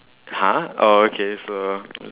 !huh! oh okay so